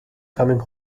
coming